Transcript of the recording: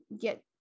get